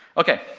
ok,